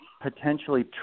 potentially